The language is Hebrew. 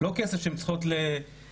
לא כסף שהן צריכות למותרות.